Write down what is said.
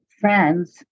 friends